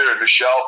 Michelle